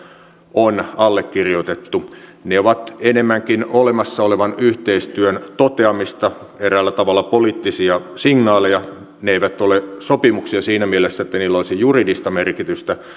on allekirjoitettu ne ovat enemmänkin olemassa olevan yhteistyön toteamista eräällä tavalla poliittisia signaaleja ne eivät ole sopimuksia siinä mielessä että niillä olisi juridista merkitystä